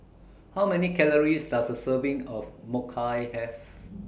How Many Calories Does A Serving of Mochi Have